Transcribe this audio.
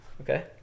okay